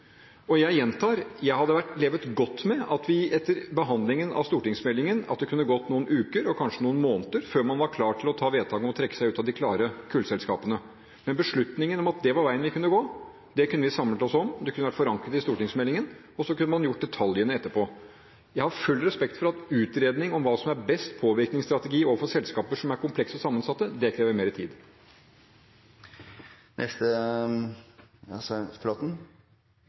Jeg gjentar at jeg hadde levd godt med at det etter behandlingen av stortingsmeldingen kunne gått noen uker og kanskje noen måneder før man var klar til å gjøre vedtak om å trekke seg ut av de rene kullselskapene. Men beslutningen om at det var veien vi kunne gå, kunne vi samlet oss om. Det kunne vært forankret i stortingsmeldingen, og så kunne man tatt detaljene etterpå. Jeg har full respekt for at utredning om hva som er best påvirkningsstrategi overfor selskaper som er komplekse og sammensatte, krever mer tid.